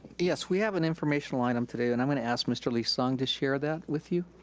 yes, we have an informational item today, and i'm gonna ask mr. lee-sung to share that with you.